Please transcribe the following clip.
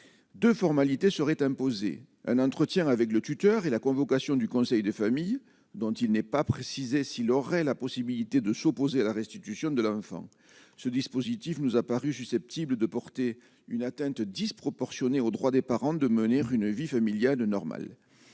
2 formalités seraient imposé un entretien avec le tuteur et la convocation du conseil de famille dont il n'est pas précisé s'il aurait la possibilité de s'opposer à la restitution de leur enfant, ce dispositif nous a paru susceptible de porter une atteinte disproportionnée au droit des parents de mener une vie familiale normale,